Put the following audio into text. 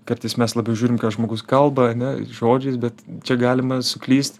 kartais mes labiau žiūrim ką žmogus kalba ane žodžiais bet čia galima suklyst